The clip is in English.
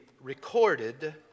recorded